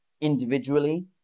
individually